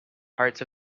parts